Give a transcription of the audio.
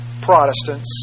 Protestants